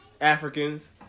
Africans